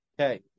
Okay